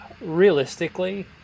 Realistically